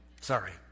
Sorry